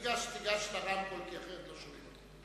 תיגש לרמקול, כי אחרת לא שומעים.